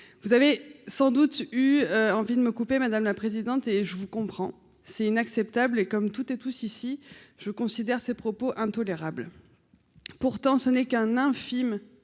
vous avez sans doute eu envie de me couper, madame la présidente, et je vous comprends, c'est inacceptable, et comme toutes et tous, ici, je considère ces propos intolérables, pourtant ce n'est qu'un infime,